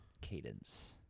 cadence